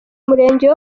murenge